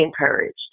encouraged